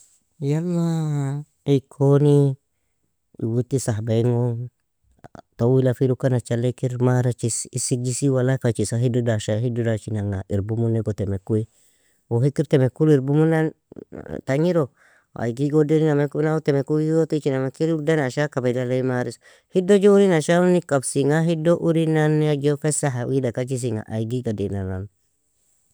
يلا, ikoni uoti sahba ingon, towilafir uka nachaley kir marachis isigjisi والله fachisa, hido dasha? Hido dachinanga irbumunego temekui, wan hikir temekul irbimunan tgniro? Ayg igodaninmnekumeno, aw temeku igotichiname, kir udan asha kabedaley maris. Hido ju urin asha uni kabsinga, hido urinane ju fesaha wida kachisinga ayg iga dainanano.